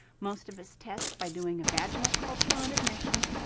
most of us test by doing a vaginal culture on admission,